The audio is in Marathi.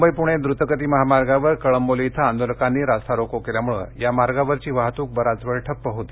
मुंबई पुणे द्वतगती महामार्गावर कळंबोली इथं आंदोलकांनी रास्ता रोको केल्यामुळे या मार्गावरची वाहतूक बराच वेळ ठप्प होती